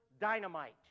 dynamite